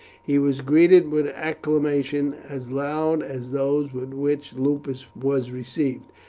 he was greeted with acclamation as loud as those with which lupus was received.